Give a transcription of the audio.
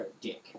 dick